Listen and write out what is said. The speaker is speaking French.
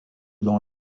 dans